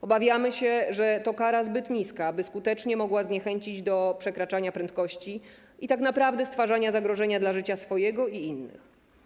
Obawiamy się, że to kara zbyt niska, aby skutecznie mogła zniechęcić do przekraczania prędkości i tak naprawdę stwarzania zagrożenia dla życia swojego i innych.